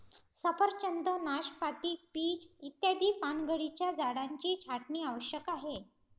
सफरचंद, नाशपाती, पीच इत्यादी पानगळीच्या झाडांची छाटणी आवश्यक आहे